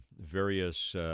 various